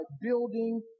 building